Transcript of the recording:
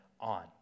on